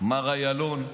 מר יעלון,